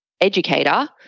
educator